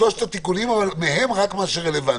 שלושת התיקונים, ומהם רק מה שרלוונטי.